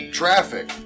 traffic